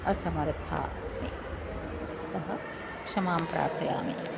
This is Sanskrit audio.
असमर्था अस्मि अतः क्षमां प्रार्थयामि